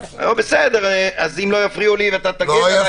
אם לא יפריעו לי ואתה תגן עליי, זה יהיה מהיר.